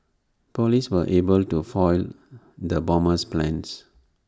Police were able to foil the bomber's plans